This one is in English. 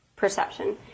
Perception